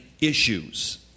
issues